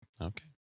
Okay